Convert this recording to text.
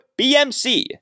BMC